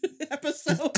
Episode